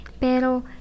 Pero